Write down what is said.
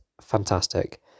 fantastic